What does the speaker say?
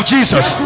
Jesus